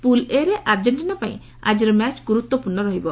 pool ଏ'ରେ ଆର୍କେକ୍କିନା ପାଇଁ ଆଜିର ମ୍ୟାଚ୍ ଗୁରୁତ୍ୱପୂର୍ଣ୍ଣ ରହିବ